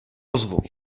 ozvu